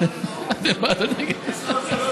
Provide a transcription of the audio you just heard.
שים לב לשעון.